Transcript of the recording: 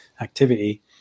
activity